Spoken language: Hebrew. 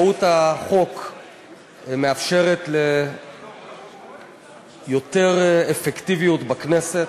מהות החוק מאפשרת יותר אפקטיביות בכנסת,